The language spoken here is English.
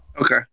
Okay